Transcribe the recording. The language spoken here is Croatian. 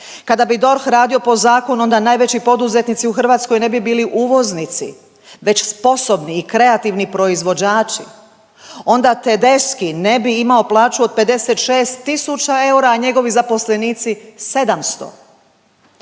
Kada bi DORH radio po zakonu onda najveći poduzetnici u Hrvatskoj ne bi bili uvoznici već sposobni i kreativni proizvođači. Onda Tedeschi ne bi imao plaću od 56 tisuća eura, a njegovi zaposlenici 700.